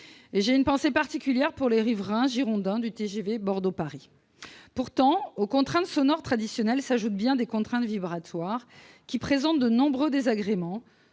J'ai une pensée particulière pour les riverains girondins du TGV Bordeaux-Paris. Pourtant, aux contraintes sonores traditionnelles, s'ajoutent bien des contraintes vibratoires, qui présentent de nombreux désagréments